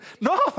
No